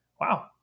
Wow